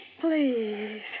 Please